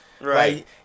Right